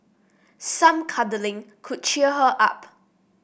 some cuddling could cheer her up